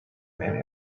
man